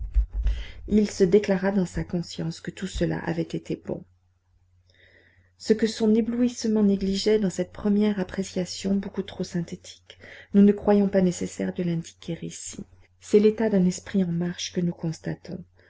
il se déclara dans sa conscience que tout cela avait été bon ce que son éblouissement négligeait dans cette première appréciation beaucoup trop synthétique nous ne croyons pas nécessaire de l'indiquer ici c'est l'état d'un esprit en marche que nous constatons